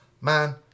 Man